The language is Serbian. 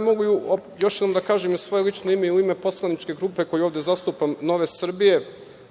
Mogu još jednom da kažem, i u svoje lično ime i u ime Poslaničke grupe koju ovde zastupam, Nove Srbije,